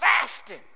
fasting